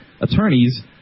attorneys